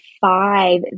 five